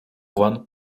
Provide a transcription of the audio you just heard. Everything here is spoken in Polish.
wan